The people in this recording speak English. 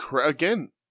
again